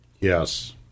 Yes